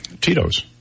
Tito's